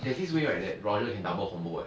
there's this way right that roger can double combo eh